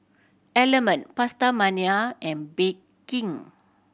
Element PastaMania and Bake King